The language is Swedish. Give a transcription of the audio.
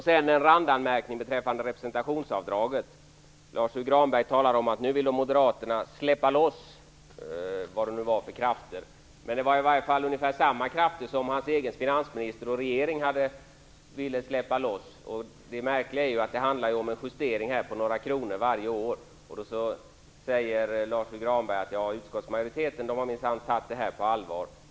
Sedan en randanmärkning beträffande representationsavdraget. Lars U Granberg talar om att Moderaterna nu vill släppa loss vad det nu var för krafter. Men det är i varje fall ungefär samma krafter som hans egen finansminister och regering ville släppa loss. Det märkliga är att det handlar om en justering på några kronor varje år. Lars U Granberg säger då att utskottsmajoriteten minsann har tagit detta på allvar.